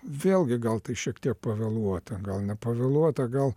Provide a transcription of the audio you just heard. vėlgi gal tai šiek tiek pavėluota gal nepavėluota gal